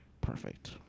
perfect